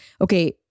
okay